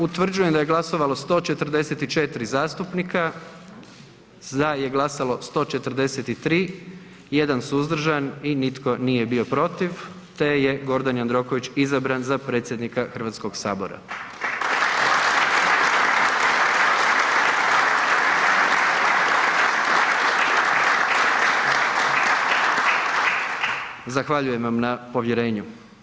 Utvrđujem da je glasovalo 144 zastupnika, za je glasalo 143, 1 suzdržan i nitko nije bio protiv te je Gordan Jandroković izabran za predsjednika Hrvatskog sabora. Zahvaljujem vam na povjerenju.